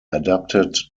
adapted